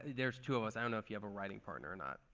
there's two of us. i don't know if you have a writing partner or not.